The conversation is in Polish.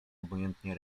obojętnie